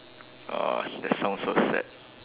oh that sounds so sad